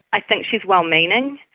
i think she's well meaning,